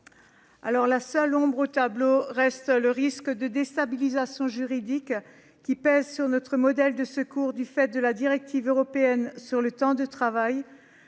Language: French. La seule ombre au tableau reste le risque de déstabilisation juridique qui pèse sur notre modèle de secours, du fait de la directive européenne sur le temps de travail.